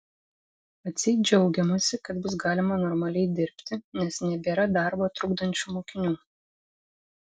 atseit džiaugiamasi kad bus galima normaliai dirbti nes nebėra darbą trukdančių mokinių